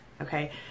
Okay